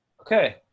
Okay